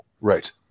right